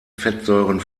fettsäuren